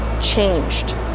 changed